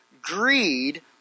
Greed